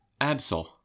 Absol